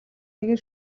нэгэн